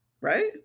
right